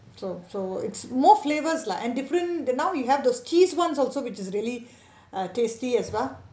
so so it's more flavors lah and different now you have those teas ones also which is really ah tasty as well